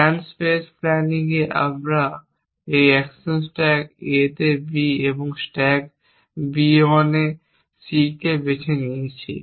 plan space planning এ আমরা এই অ্যাকশন স্ট্যাক A এ B এবং স্ট্যাক Bon C কে বেছে নিয়েছি